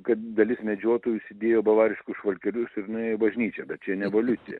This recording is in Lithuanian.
kad dalis medžiotojų užsidėjo bavariškus švarkelius ir nuėjo į bažnyčią bet čia ne evoliucija